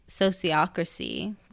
sociocracy